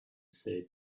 said